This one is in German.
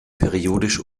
periodisch